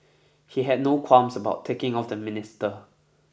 he had no qualms about ticking off the minister